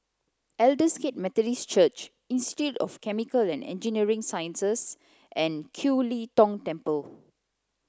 Aldersgate Methodist Church Institute of Chemical and Engineering Sciences and Kiew Lee Tong Temple